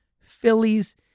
Phillies